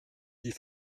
die